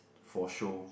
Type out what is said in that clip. for show